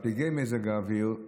על פגעי מזג האוויר,